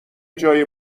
جای